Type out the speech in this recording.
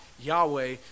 Yahweh